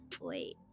Wait